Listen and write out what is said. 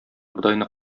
бодайны